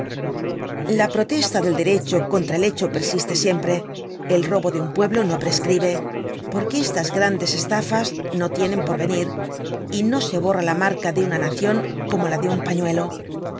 la protesta del derecho contra el hecho persiste siempre el robo de un pueblo no prescribe porque estas grandes estafas no tienen porvenir y no se borra la marca de una nacion como la de un pañuelo